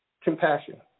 Compassion